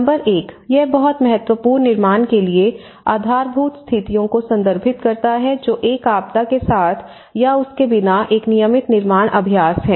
number एक यह बेहतर पूर्ण निर्माण के लिए आधारभूत स्थितियों को संदर्भित करता है जो एक आपदा के साथ या उसके बिना एक नियमित निर्माण अभ्यास है